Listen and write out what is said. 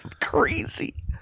Crazy